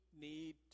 need